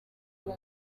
uwo